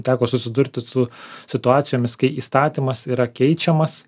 teko susidurti su situacijomis kai įstatymas yra keičiamas